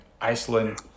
Iceland